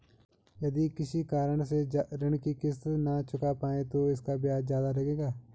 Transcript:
यदि किसी कारण से ऋण की किश्त न चुका पाये तो इसका ब्याज ज़्यादा लगेगा?